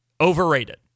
overrated